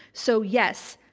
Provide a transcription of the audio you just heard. so yes,